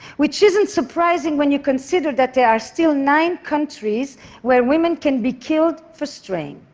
which isn't surprising when you consider that there are still nine countries where women can be killed for straying.